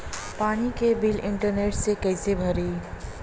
पानी के bill internet से कइसे भराई?